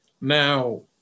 Now